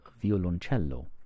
Violoncello